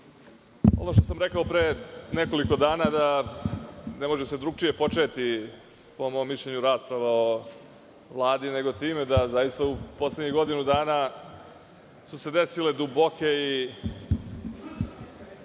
ono što sam rekao pre nekoliko dana da ne može se drugačije početi, po mom mišljenju rasprava o Vladi, nego time da zaista u poslednjih godinu dana su se desile duboke i,